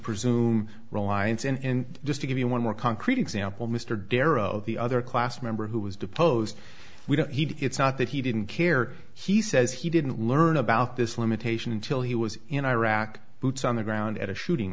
reliance in just to give you one more concrete example mr darrow of the other class member who was deposed we did he it's not that he didn't care he says he didn't learn about this limitation until he was in iraq boots on the ground at a shooting